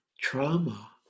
trauma